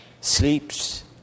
sleeps